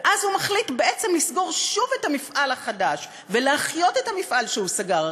ואז הוא מחליט בעצם לסגור את המפעל החדש ולהחיות את המפעל שהוא סגר.